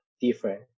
different